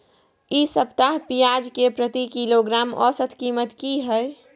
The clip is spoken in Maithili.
इ सप्ताह पियाज के प्रति किलोग्राम औसत कीमत की हय?